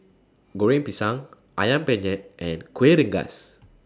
Goreng Pisang Ayam Penyet and Kueh Rengas